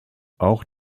auch